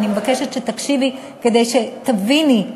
אני מבקשת שתקשיבי כדי שתביני,